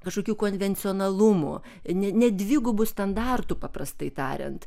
kažkokių konvencionalumų ne ne dvigubų standartų paprastai tariant